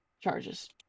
Charges